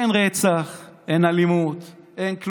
אין רצח, אין אלימות, אין כלום,